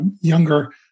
younger